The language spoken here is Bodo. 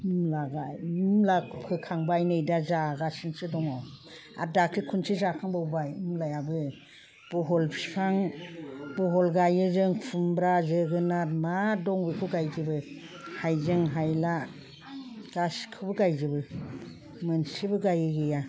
मुला गायबाय मुला फोखांबाय नै दा जागासिनोसो दङ आरो दाखालि खनसे जाखांबावबाय मुलायाबो बहल बिफां बहल गायो जों खुमब्रा जोगोनार मा दं बेखौ गायजोबो हायजें हायला गासैखौबो गायजोबो मोनसेबो गायै गैया